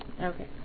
Okay